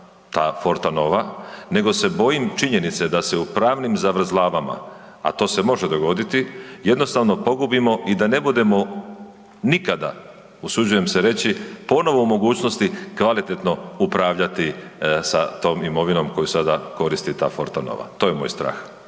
ta Forta Nova, nego se bojim činjenica da se u pravnim zavrzlamama, a to se može dogoditi, jednostavno pogubimo i da ne budemo nikada, usuđujem se reći, ponovo u mogućnosti kvalitetno upravljati sa tom imovinom koju sada koristi ta Forta Nova. To je moj strah.